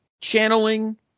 channeling